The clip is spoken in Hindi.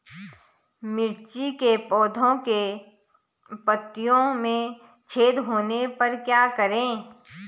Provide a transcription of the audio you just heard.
मिर्ची के पौधों के पत्तियों में छेद होने पर क्या करें?